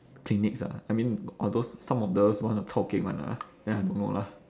clinics ah I mean or those some of those want to chao geng [one] ah then I don't know lah